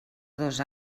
dos